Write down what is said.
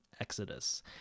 exodus